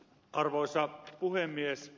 arvoisa puhemies